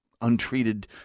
untreated